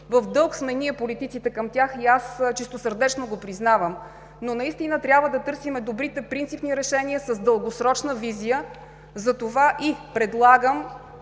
сме в дълг към тях и аз чистосърдечно го признавам. Наистина трябва да търсим добрите принципни решения с дългосрочна визия, затова предлагам